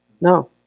No